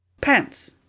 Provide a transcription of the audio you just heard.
Pants